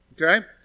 Okay